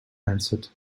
answered